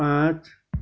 पाँच